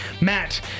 Matt